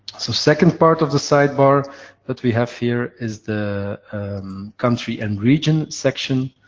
so second part of the sidebar that we have, here, is the country and region section,